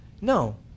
No